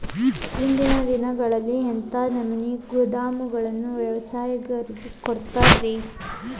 ಇಂದಿನ ದಿನಗಳಲ್ಲಿ ಎಂಥ ನಮೂನೆ ಗೋದಾಮುಗಳನ್ನು ವ್ಯವಸಾಯಗಾರರು ಕಟ್ಟಿಸಿಕೊಳ್ಳಬೇಕು?